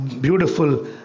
Beautiful